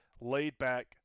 laid-back